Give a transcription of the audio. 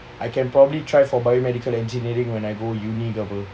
I can probably try for biomedical engineering when I go uni ke apa